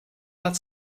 that